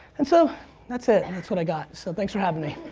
and so that's it. and that's what i got. so thanks for having me.